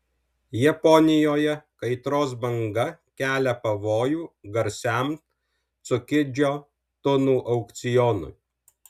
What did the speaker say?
japonijoje kaitros banga kelia pavojų garsiam cukidžio tunų aukcionui